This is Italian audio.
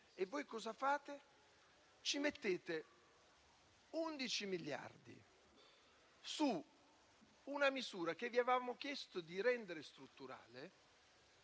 e voi cosa fate? Mettete 11 miliardi su una misura che vi avevamo chiesto di rendere strutturale,